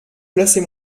placez